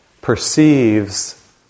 perceives